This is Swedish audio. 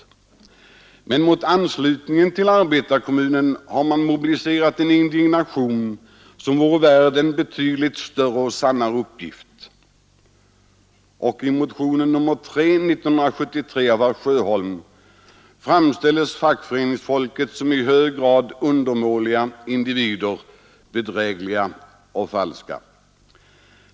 Men mot anslutningen till arbetarkommunen har man lokala socialdemokratiska arbetarkommunen. Att vi ansluter oss mobiliserat en indignation som vore värd en betydligt större uppgift. I motionen 3 år 1973 av herr Sjöholm framställs fackföreningsfolket som i hög grad undermåliga individer, bedrägliga och falska.